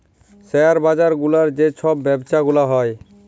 share বাজার গুলার যে ছব ব্যবছা গুলা হ্যয়